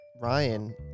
Ryan